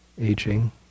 aging